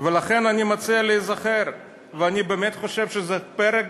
לכן אני מציע להיזכר: אני באמת חושב שזה פרק